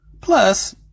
Plus